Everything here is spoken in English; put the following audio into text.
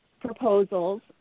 proposals